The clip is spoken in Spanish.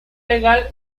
legal